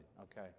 okay